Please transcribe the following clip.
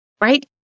right